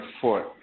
foot